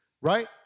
right